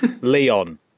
Leon